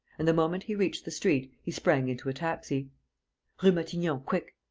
and, the moment he reached the street, he sprang into a taxi rue matignon, quick.